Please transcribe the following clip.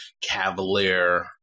cavalier